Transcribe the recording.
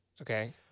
Okay